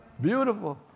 beautiful